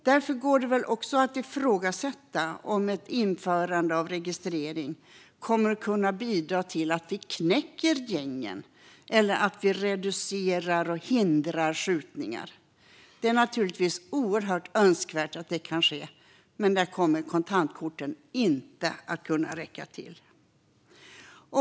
Därför går det väl att ifrågasätta om ett införande av registrering kommer att kunna bidra till att vi knäcker gängen eller reducerar och hindrar skjutningar. Det är naturligtvis oerhört önskvärt att så kan ske, men kontantkorten kommer inte att räcka till.